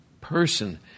person